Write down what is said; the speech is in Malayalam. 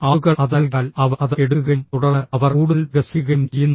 ആളുകൾ അത് നൽകിയാൽ അവർ അത് എടുക്കുകയും തുടർന്ന് അവർ കൂടുതൽ വികസിക്കുകയും ചെയ്യുന്നു